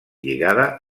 lligada